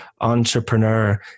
entrepreneur